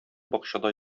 бакчада